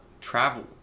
travel